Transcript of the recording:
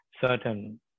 certain